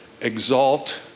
exalt